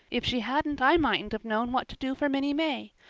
if she hadn't i mightn't have known what to do for minnie may.